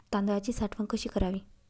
तांदळाची साठवण कशी करावी?